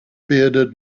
bearded